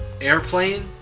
Airplane